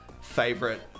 favorite